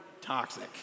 toxic